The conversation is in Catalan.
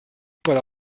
per